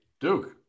Duke